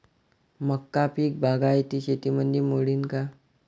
मका पीक बागायती शेतीमंदी मोडीन का?